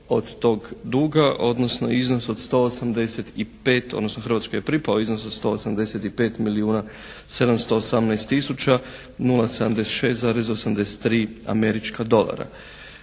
od 185 odnosno Hrvatskoj je pripao iznos od 185 milijuna 718 tisuća 076,83 američka dolara.